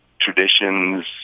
Traditions